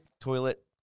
toilet